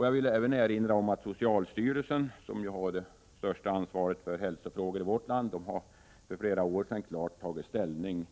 Jag vill även erinra om att socialstyrelsen, som ju har det största ansvaret för hälsofrågorna i vårt land, för flera år sedan tog klar ställning